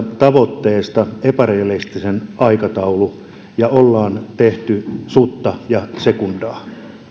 tavoitteeseen epärealistinen aikataulu ja ollaan tehty sutta ja sekundaa jos viime